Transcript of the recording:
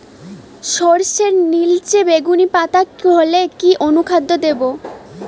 সরর্ষের নিলচে বেগুনি পাতা হলে কি অনুখাদ্য দেবো?